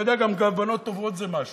אתה יודע, גם כוונות טובות זה משהו.